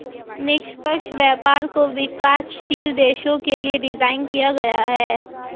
निष्पक्ष व्यापार को विकासशील देशों के लिये डिजाइन किया गया है